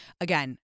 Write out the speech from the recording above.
again